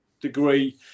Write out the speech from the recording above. degree